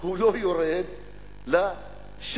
הוא לא יורד לשטח.